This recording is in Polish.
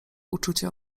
uczucie